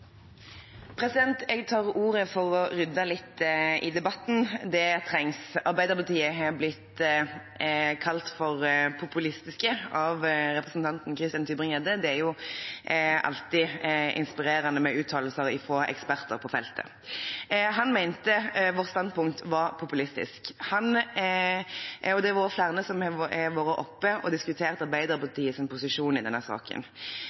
tar ordet for å rydde litt i debatten. Det trengs. Arbeiderpartiet er blitt kalt populistisk av representanten Christian Tybring-Gjedde. Det er alltid inspirerende med uttalelser fra eksperter på feltet. Han mente vårt standpunkt var populistisk. Flere har vært oppe og